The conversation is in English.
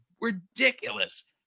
ridiculous